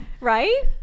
right